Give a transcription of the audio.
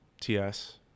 TS